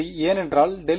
ஏனென்றால் ∇ϕ